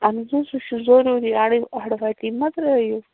اہن حَظ وۄنۍ سُہ چھُ ضُروری اڈٕ اڈٕ وتی ما ترٲیو